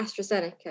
AstraZeneca